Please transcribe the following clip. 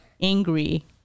angry